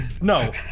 no